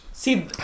See